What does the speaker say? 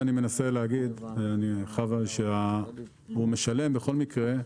אני מנסה לומר שהוא בכל מקרה משלם.